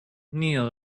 neal